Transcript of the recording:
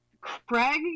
Craig